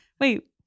Wait